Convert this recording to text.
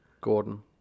Gordon